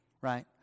right